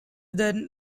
then